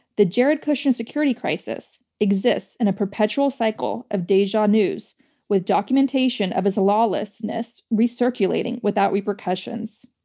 the jared kushner security crisis exists in a perpetual cycle of deja news with documentation of his lawlessness recirculating without repercussions.